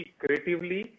creatively